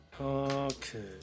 Okay